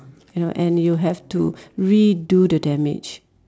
you know and you have to redo the damage